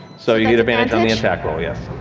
so you get advantage on the attack roll, yes.